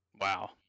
Wow